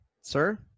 sir